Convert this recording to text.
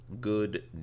good